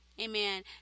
Amen